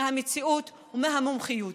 מהמציאות ומהמומחיות.